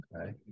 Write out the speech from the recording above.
Okay